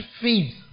faith